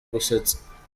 gusetsa